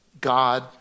God